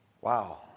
Wow